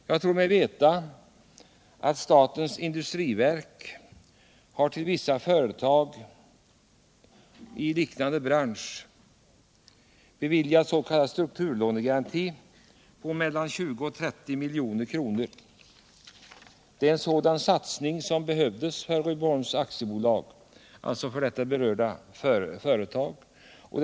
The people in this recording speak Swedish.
Jag tror mig veta att statens industriverk har beviljat vissa företag i en liknande bransch s.k. strukturlånegaranti på 20-30 milj.kr. Det är en sådan satsning som skulle behövas för Rydboholms AB.